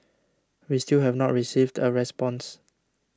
we still have not received a response